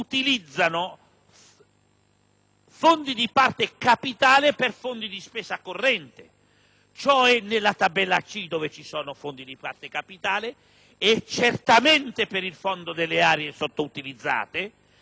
fondi di parte capitale per fondi di spesa corrente. Ciò vale per la tabella C, dove ci sono fondi di parte capitale e certamente per il Fondo per le aree sottoutilizzate. Naturalmente, questo